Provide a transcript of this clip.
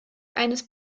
eines